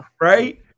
right